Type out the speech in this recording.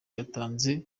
yatanze